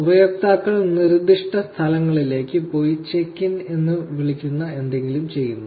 ഉപയോക്താക്കൾ നിർദ്ദിഷ്ട സ്ഥലങ്ങളിലേക്ക് പോയി ചെക്ക് ഇൻ എന്ന് വിളിക്കുന്ന എന്തെങ്കിലും ചെയ്യുന്നു